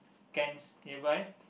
cans nearby